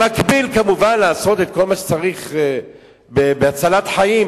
במקביל, כמובן, לעשות את כל מה שצריך בהצלת חיים.